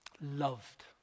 loved